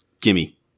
Gimme